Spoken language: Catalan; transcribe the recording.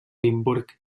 limburg